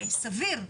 סביר.